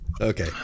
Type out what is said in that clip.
Okay